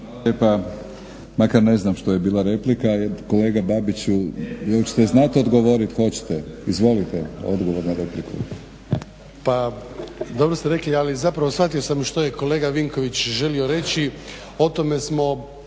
Makar ne znam što je bila replika, kolega Babiću jel ćete znati odgovoriti? Hoćete. Izvolite odgovor na repliku. **Babić, Ante (HDZ)** Pa dobro ste rekli, ali zapravo shvatio sam što je kolega Vinković želio reći. O tome smo